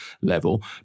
level